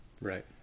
right